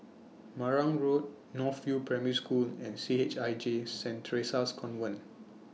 Marang Road North View Primary School and C H I J Street Theresa's Convent